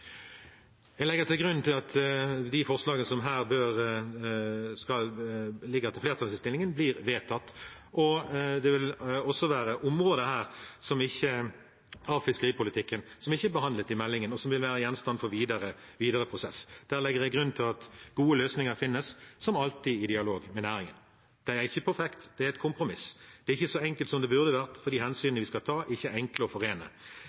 Jeg legger til grunn at de forslagene til vedtak som ligger i flertallsinnstillingen, blir vedtatt. Det vil være områder av fiskeripolitikken som ikke er behandlet i meldingen, og som vil være gjenstand for videre prosess. Der legger jeg til grunn at gode løsninger finnes – som alltid, i dialog med næringen. Det er ikke perfekt, det er et kompromiss. Det er ikke så enkelt som det burde vært, fordi hensynene vi skal ta, ikke er enkle å forene.